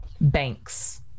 banks